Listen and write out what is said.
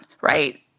right